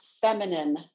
feminine